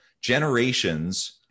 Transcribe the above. generations